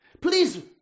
Please